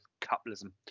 capitalism